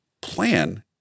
plan